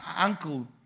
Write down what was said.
uncle